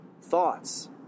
thoughts